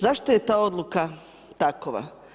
Zašto je ta odluka takva?